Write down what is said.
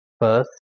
first